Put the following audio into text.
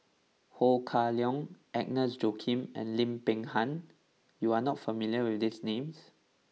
Ho Kah Leong Agnes Joaquim and Lim Peng Han you are not familiar with these names